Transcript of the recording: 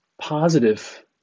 positive